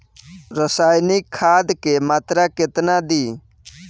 रसायनिक खाद के मात्रा केतना दी?